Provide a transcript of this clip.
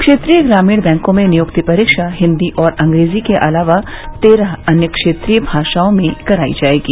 क्षेत्रीय ग्रामीण बैंकों में नियुक्ति परीक्षा हिन्दी और अंग्रेजी के अलावा तेरह अन्य क्षेत्रीय भाषाओं में कराई जाएगी